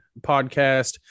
podcast